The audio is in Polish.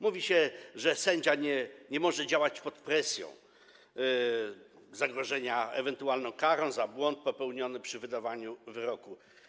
Mówi się, że sędzia nie może działać pod presją zagrożenia ewentualną karą za błąd popełniony przy wydawaniu wyroku.